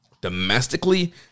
domestically